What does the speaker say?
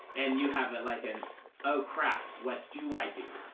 and you have but like an oh, crap, what do i do?